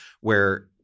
where-